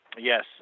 Yes